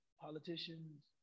politicians